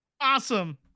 awesome